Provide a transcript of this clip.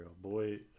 Boy